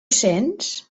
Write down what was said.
sents